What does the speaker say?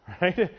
right